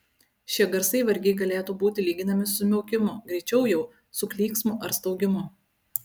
šie garsai vargiai galėtų būti lyginami su miaukimu greičiau jau su klyksmu ar staugimu